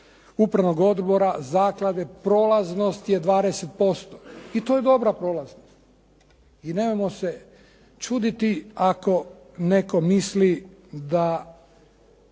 upravnog odbora zaklade prolaznost je 20%. I to je dobra prolaznost. I nemojmo se čuditi ako netko misli da